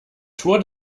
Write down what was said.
tour